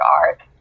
art